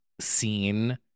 seen